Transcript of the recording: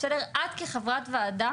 את כחברת ועדה